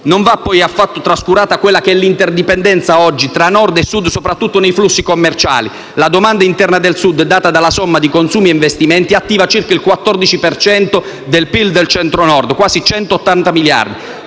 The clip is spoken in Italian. Non va poi affatto trascurata l'interdipendenza che c'è oggi tra Nord e Sud, soprattutto nei flussi commerciali. La domanda interna del Sud, data dalla somma di consumi e investimenti, attiva circa il 14 per cento del PIL del Centro Nord, quasi 180 miliardi.